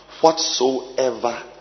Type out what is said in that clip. whatsoever